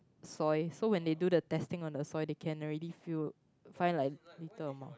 soil so when they do the testing on the soil they can already feel find like little amount